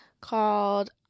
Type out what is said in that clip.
called